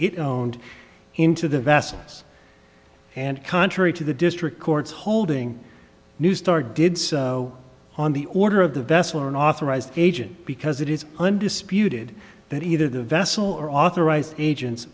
won't into the vessels and contrary to the district court's holding neustar did so on the order of the vessel or an authorised agent because it is undisputed that either the vessel or authorized agents